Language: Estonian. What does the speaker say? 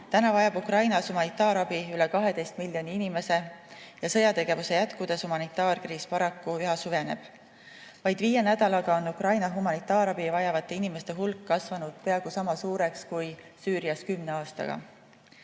Täna vajab Ukrainas humanitaarabi üle 12 miljoni inimese ja sõjategevuse jätkudes humanitaarkriis paraku üha süveneb. Vaid viie nädalaga on Ukraina humanitaarabi vajavate inimeste hulk kasvanud peaaegu sama suureks kui Süürias kümne